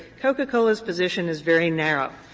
coca-cola's position is very narrow.